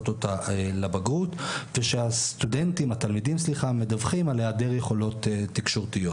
אותה לבגרות והתלמידים מדווחים על היעדר יכולות תקשורת.